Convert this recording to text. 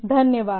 धन्यवाद